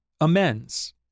Amends